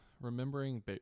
Remembering